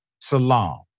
Salam